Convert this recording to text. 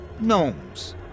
gnomes